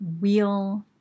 Wheel